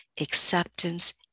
acceptance